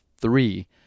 three